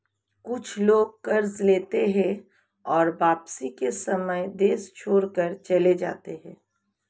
कुछ लोग कर्ज लेते हैं और वापसी के समय देश छोड़कर चले जाते हैं